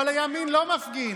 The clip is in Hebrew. אבל הימין לא מפגין.